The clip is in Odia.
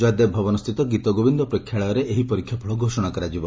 ଜୟଦେବ ଭବନ ସ୍ସିତ ଗୀତଗୋବିନ୍ଦ ପ୍ରେଷାଳୟରେ ଏହି ପରୀକ୍ଷା ଫଳ ଘୋଷଣା କରାଯିବ